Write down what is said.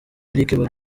eric